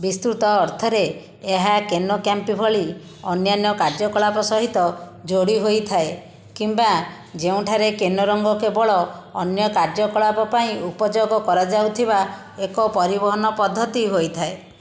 ବିସ୍ତୃତ ଅର୍ଥରେ ଏହା କେନୋ କ୍ୟାମ୍ପିଂ ଭଳି ଅନ୍ୟାନ୍ୟ କାର୍ଯ୍ୟକଳାପ ସହିତ ଯୋଡ଼ି ହୋଇଥାଏ କିମ୍ବା ଯେଉଁଠାରେ କେନୋଇଙ୍ଗ କେବଳ ଅନ୍ୟ କାର୍ଯ୍ୟକଳାପ ପାଇଁ ଉପଯୋଗ କରାଯାଉଥିବା ଏକ ପରିବହନ ପଦ୍ଧତି ହୋଇଥାଏ